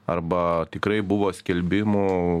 arba tikrai buvo skelbimų